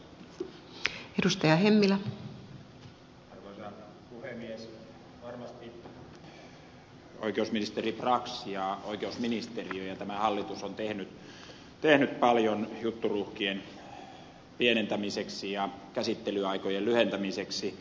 varmasti oikeusministeri brax ja oikeusministeriö ja tämä hallitus on tehnyt paljon jutturuuhkien pienentämiseksi ja käsittelyaikojen lyhentämiseksi